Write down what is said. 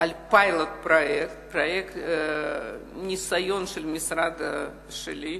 על פרויקט פיילוט, פרויקט ניסיון של המשרד שלי,